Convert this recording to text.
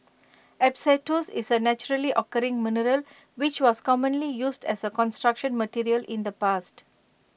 asbestos is A naturally occurring mineral which was commonly used as A Construction Material in the past